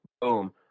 boom